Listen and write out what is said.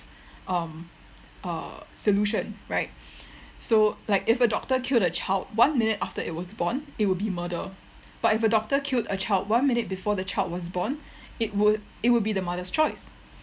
um uh solution right so like if a doctor killed a child one minute after it was born it would be murder but if a doctor killed a child one minute before the child was born it would it would be the mother's choice